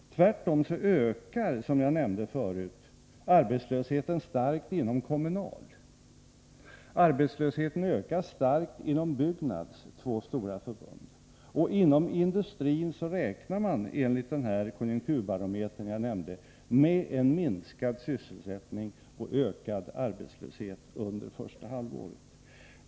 Tvärtom ökar, som jag sade, arbetslösheten starkt inom Kommunal och Byggnads, två stora förbund. Inom industrin räknar man, enligt den konjunkturbarometer jag nämnde, med en minskad sysselsättning och en ökad arbetslöshet under första halvåret.